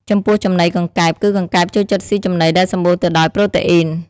ចំពោះចំណីកង្កែប គឺកង្កែបចូលចិត្តស៊ីចំណីដែលសម្បូរទៅដោយ ប្រូតេអ៊ីន។